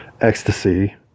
ecstasy